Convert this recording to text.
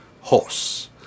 Horse